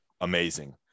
Amazing